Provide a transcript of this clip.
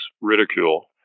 ridicule